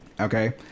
okay